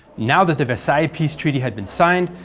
now that the versailles peace treaty had been signed,